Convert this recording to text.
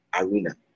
arena